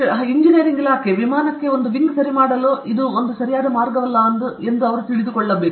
ಹಾಗಾಗಿ ಎಂಜಿನಿಯರಿಂಗ್ ಇಲಾಖೆ ವಿಮಾನಕ್ಕೆ ಒಂದು ವಿಂಗ್ ಸರಿ ಮಾಡಲು ಇದು ಮಾರ್ಗವಲ್ಲ ಎಂದು ನಾವು ತಿಳಿದುಕೊಳ್ಳಬೇಕು